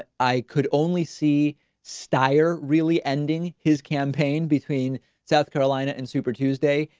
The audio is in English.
ah i could only see stir really ending his campaign between south carolina and super tuesday,